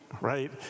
right